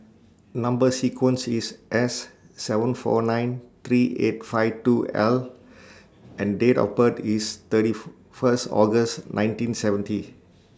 Number sequence IS S seven four nine three eight five two L and Date of birth IS thirty First August nineteen seventy